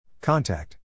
Contact